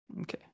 Okay